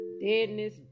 deadness